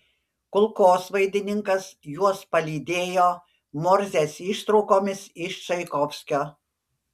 kulkosvaidininkas juos palydėjo morzės ištraukomis iš čaikovskio